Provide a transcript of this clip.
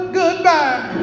goodbye